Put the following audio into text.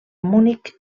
munic